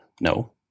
No